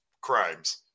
crimes